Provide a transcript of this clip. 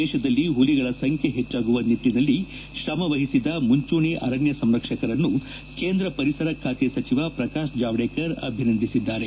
ದೇಶದಲ್ಲಿ ಹುಲಿಗಳ ಸಂಖ್ಯೆ ಹೆಚ್ಚಾಗುವ ನಿಟ್ಟನಲ್ಲಿ ಶ್ರಮವಹಿಸಿದ ಮುಂಚೂಣಿ ಅರಣ್ಯ ಸಂರಕ್ಷಕರನ್ನು ಕೇಂದ್ರ ಪರಿಸರ ಖಾತೆ ಸಚಿವ ಪ್ರಕಾಶ್ ಜಾವಡೇಕರ್ ಅಭಿನಂದಿಸಿದ್ದಾರೆ